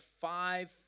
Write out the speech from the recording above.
five